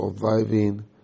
surviving